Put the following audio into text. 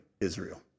Israel